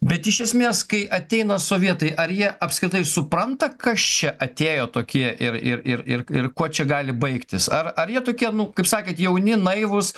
bet iš esmės kai ateina sovietai ar jie apskritai supranta kas čia atėjo tokie ir ir ir ir ir kuo čia gali baigtis ar ar jie tokie nu kaip sakėt jauni naivūs